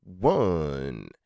one